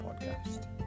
Podcast